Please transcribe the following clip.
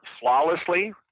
flawlessly